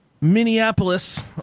Minneapolis